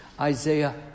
Isaiah